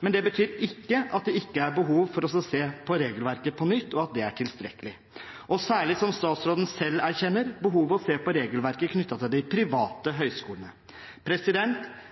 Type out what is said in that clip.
men det betyr ikke at det ikke er behov for å se på regelverket på nytt, og at det er tilstrekkelig. Det er særlig – som statsråden selv erkjenner – behov for å se på regelverket knyttet til de private høyskolene.